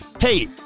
Hey